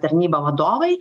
tarnybą vadovai